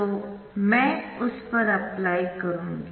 तो मैं उस पर अप्लाई करूंगी